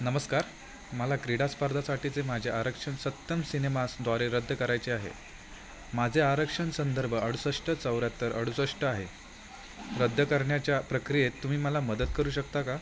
नमस्कार मला क्रीडा स्पर्धासाटीचे माझे आरक्षण सत्यम सिनेमासद्वारे रद्द करायचे आहे माझे आरक्षण संदर्भ अडुसष्ठ चौऱ्याहत्तर अडुसष्ट आहे रद्द करण्याच्या प्रक्रियेत तुम्ही मला मदत करू शकता का